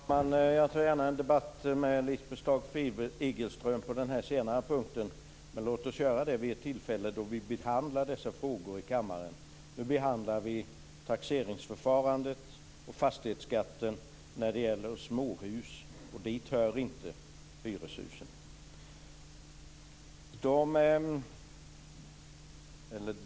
Fru talman! Jag tar gärna en debatt med Lisbeth Staaf-Igelström på den senare punkten. Men låt oss göra det vid ett tillfälle då vi behandlar de frågorna i kammaren. Nu behandlar vi taxeringsförfarandet och fastighetsskatten för småhus. Dit hör inte hyreshusen.